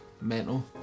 Mental